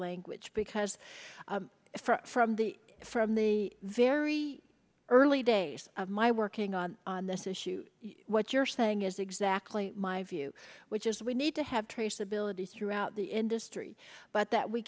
language because from the from the very early days of my working on this issue what you're saying is exactly my view which is we need to have traceability throughout the industry but that we